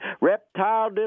reptile